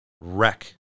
wreck